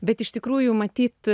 bet iš tikrųjų matyt